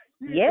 Yes